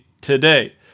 today